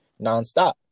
nonstop